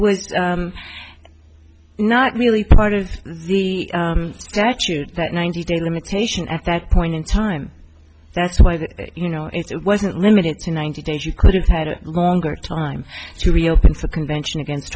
was not really part of the statute that ninety day limitation at that point in time that's why you know it wasn't limited to ninety days you could have had a longer time to reopen the convention against